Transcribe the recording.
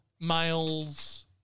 males